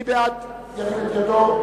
מי בעד, ירים ידו.